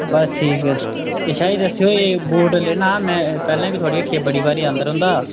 बस ठीक सर शाह् जी दस्सेओ एह् बूट लैना में पैह्लें बी थुआढ़ी हट्टिया बड़ी बारी औंदा रौंह्दा